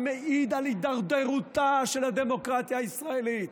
המעיד על הידרדרותה של הדמוקרטיה הישראלית,